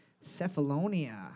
Cephalonia